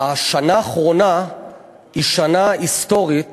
שהשנה האחרונה היא שנה היסטורית